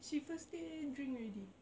she first day drink already